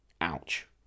Ouch